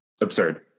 absurd